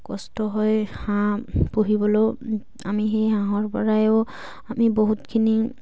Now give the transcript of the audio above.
কষ্ট হৈ হাঁহ পুহিবলৈও আমি সেই হাঁহৰ পৰাই আমি বহুতখিনি